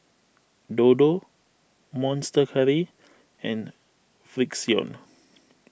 Dodo Monster Curry and Frixion